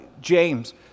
James